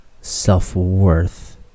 self-worth